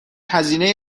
هزینه